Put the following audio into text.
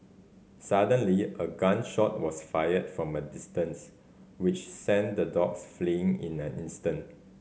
suddenly a gun shot was fired from a distance which sent the dogs fleeing in an instant